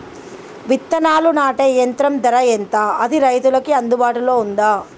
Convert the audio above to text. విత్తనాలు నాటే యంత్రం ధర ఎంత అది రైతులకు అందుబాటులో ఉందా?